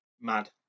Mad